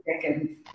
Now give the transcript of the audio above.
seconds